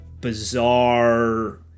bizarre